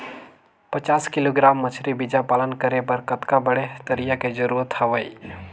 पचास किलोग्राम मछरी बीजा पालन करे बर कतका बड़े तरिया के जरूरत हवय?